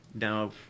Now